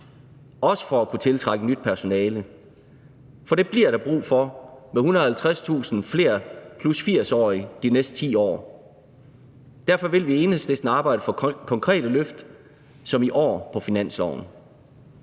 også for at kunne tiltrække nyt personale, for det bliver der brug for med 150.000 flere plus 80-årige i de næste 10 år. Derfor vil vi i Enhedslisten arbejde for konkrete løft som i år på finansloven.